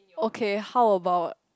okay how about